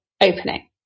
opening